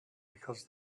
because